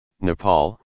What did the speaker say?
Nepal